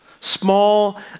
small